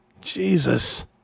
Jesus